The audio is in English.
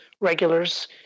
regulars